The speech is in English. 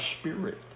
spirit